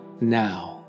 now